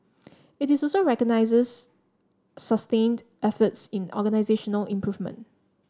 it is also recognises sustained efforts in organisational improvement